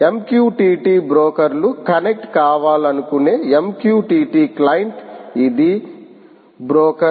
MQTT బ్రోకర్లో connect కావాలనుకునే MQTT client ఇది బ్రోకర్